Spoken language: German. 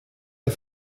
der